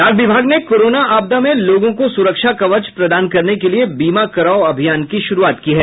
डाक विभाग ने कोरोना आपदा में लोगों को सुरक्षा कवच प्रदान करने के लिए बीमा कराओ अभियान की शुरूआत की है